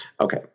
Okay